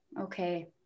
Okay